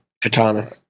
katana